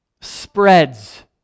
spreads